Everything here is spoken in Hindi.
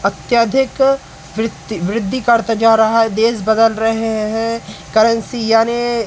अत्यधिक वृत्ति वृद्धि करता जा रहा है देश बदल रहें हैं करेंसी याने